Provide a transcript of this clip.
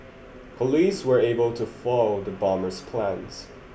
police were able to foil the bomber's plans